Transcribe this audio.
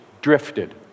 drifted